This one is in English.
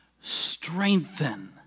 strengthen